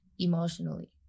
emotionally